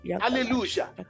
hallelujah